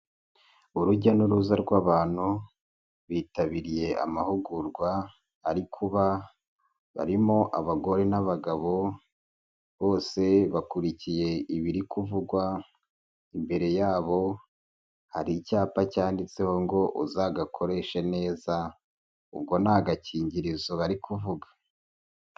Urujya n'uruza rw'abantu bitabiriye amahugurwa ari kuba, barimo abagore n'abagabo bose bakurikiye ibiri kuvugwa, imbere yabo hari icyapa cyanditseho ngo uzagakoreshe neza, ubwo ni agakingirizo bari kuvuga.